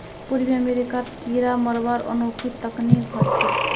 पूर्वी अमेरिकात कीरा मरवार अनोखी तकनीक ह छेक